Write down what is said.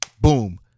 boom